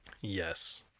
Yes